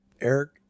Eric